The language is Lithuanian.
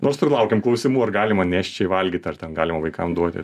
nors sulaukiam klausimų ar galima nėščiai valgyt ar ten galima vaikam duoti